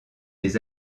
des